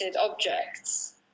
objects